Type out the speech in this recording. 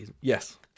Yes